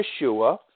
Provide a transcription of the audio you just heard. Yeshua